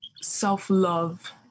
self-love